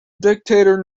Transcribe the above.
dictator